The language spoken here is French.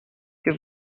que